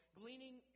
gleaning